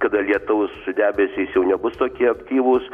kada lietaus debesys jau nebus tokie aktyvūs